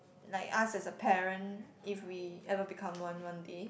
like us as a parent if we ever become one one day